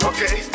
Okay